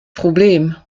problem